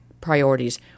priorities –